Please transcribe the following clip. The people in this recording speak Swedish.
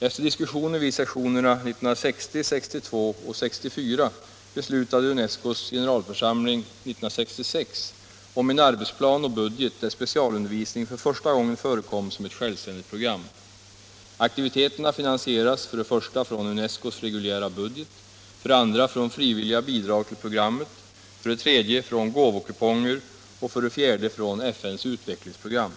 Efter diskussioner vid sessionerna 1960, 1962 och 1964 beslutade UNESCO:s generalförsamling 1966 om en arbetsplan och budget, där specialundervisningen för första gången förekom som ett självständigt program. Aktiviteterna finansieras för det första från UNESCO:s reguljära budget, för det andra från frivilliga bidrag till programmet, för det tredje från - Nr 135 gåvokuponger och för det fjärde från FN:s utvecklingsprogram.